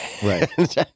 right